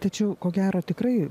tačiau ko gero tikrai